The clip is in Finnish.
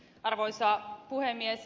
arvoisa puhemies